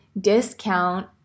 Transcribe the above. discount